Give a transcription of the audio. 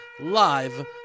live